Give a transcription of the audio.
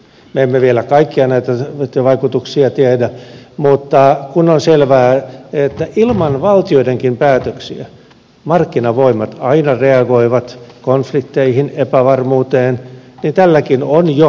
me emme vielä kaikkia vaikutuksia tiedä mutta kun on selvää että ilman valtioiden päätöksiäkin markkinavoimat aina reagoivat konflikteihin epävarmuuteen niin tälläkin on jo seurauksia